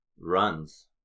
runs